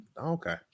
Okay